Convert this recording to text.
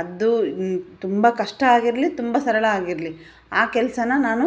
ಅದು ತುಂಬ ಕಷ್ಟ ಆಗಿರಲಿ ತುಂಬ ಸರಳ ಆಗಿರಲಿ ಆ ಕೆಲಸಾನ ನಾನು